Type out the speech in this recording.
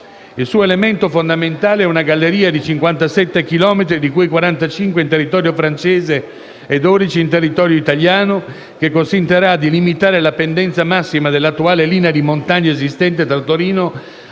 Il suo elemento fondamentale è una galleria di 57 chilometri (di cui 45 in territorio francese e 12 in territorio italiano) che consentirà di limitare la pendenza massima dell'attuale linea di montagna esistente fra Torino,